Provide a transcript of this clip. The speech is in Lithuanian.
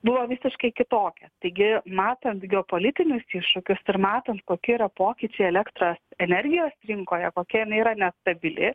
buvo visiškai kitokia taigi matant geopolitinius iššūkius ir matant kokie yra pokyčiai elektros energijos rinkoje kokia jinai yra nestabili